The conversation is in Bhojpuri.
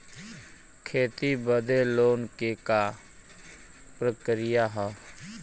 खेती बदे लोन के का प्रक्रिया ह?